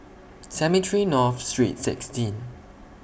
Cemetry North Street sixteen